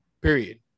period